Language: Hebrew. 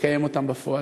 לקיים אותם בפועל.